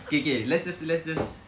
okay okay let's just let's just